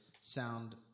sound